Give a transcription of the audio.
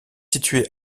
situé